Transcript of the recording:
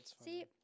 See